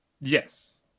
Yes